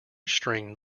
string